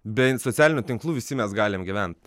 be socialinių tinklų visi mes galim gyvent